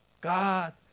God